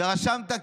ורשמת,